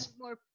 more